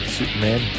Superman